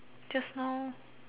just now